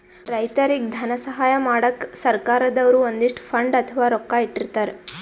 ರೈತರಿಗ್ ಧನ ಸಹಾಯ ಮಾಡಕ್ಕ್ ಸರ್ಕಾರ್ ದವ್ರು ಒಂದಿಷ್ಟ್ ಫಂಡ್ ಅಥವಾ ರೊಕ್ಕಾ ಇಟ್ಟಿರ್ತರ್